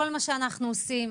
בכל מה שאנחנו עושים,